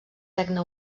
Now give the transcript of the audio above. regne